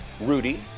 Rudy